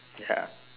ya